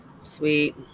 Sweet